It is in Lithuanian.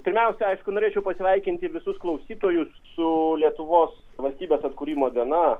pirmiausia aišku norėčiau pasveikinti visus klausytojus su lietuvos valstybės atkūrimo diena